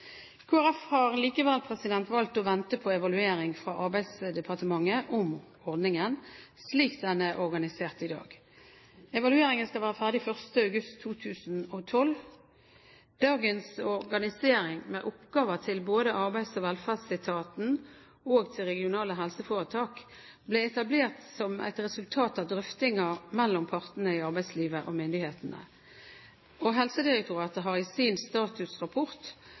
fra Arbeidsdepartementet, slik ordningen er organisert i dag. Evalueringen skal være ferdig 1. august 2012. Dagens organisering, med oppgaver til både Arbeids- og velferdsetaten og regionale helseforetak, ble etablert som et resultat av drøftinger mellom partene i arbeidslivet og myndighetene. Helsedirektoratet har i sin statusrapport